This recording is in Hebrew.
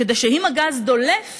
כדי שאם הגז דולף